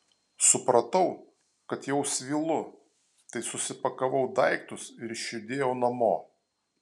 supratau kad jau svylu tai susipakavau daiktus ir išjudėjau namo